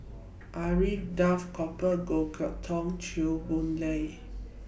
Alfred Duff Cooper Goh Chok Tong Chew Boon Lay E